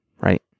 right